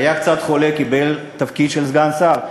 היה קצת חולה, קיבל תפקיד של סגן שר.